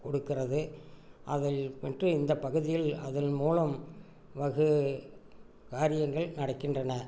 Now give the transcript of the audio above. கொடுக்கிறது அதில் மட்டும் இந்த பகுதியில் அதன்மூலம் வெகு காரியங்கள் நடக்கின்றன